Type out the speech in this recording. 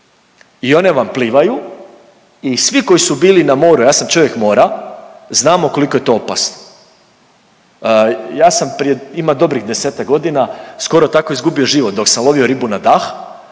i one vam plivaju i svi koji su bili na moru, ja sam čovjek mora, znamo koliko je to opasno. Ja sam prije, ima dobrih 10-tak godina skoro tako izgubio život dok sam lovio ribu na dah